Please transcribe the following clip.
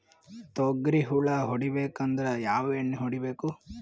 ತೊಗ್ರಿ ಹುಳ ಹೊಡಿಬೇಕಂದ್ರ ಯಾವ್ ಎಣ್ಣಿ ಹೊಡಿಬೇಕು?